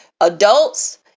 adults